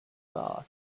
gas